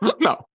No